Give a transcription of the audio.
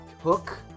hook